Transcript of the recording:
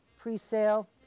pre-sale